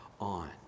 on